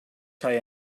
kaj